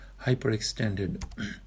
hyperextended